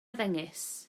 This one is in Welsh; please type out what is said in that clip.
ddengys